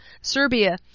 Serbia